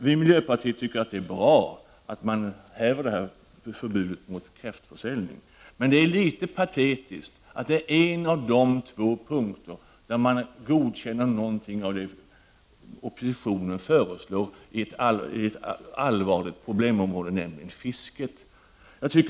Vi i miljöpartiet tycker att det är bra att förbudet mot kräftförsäljning hävs, men det är litet patetiskt att det är en av de två punkter där socialdemokraterna godkänner någonting som oppositionen föreslår på ett allvarligt problemområde, nämligen fisket.